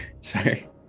Sorry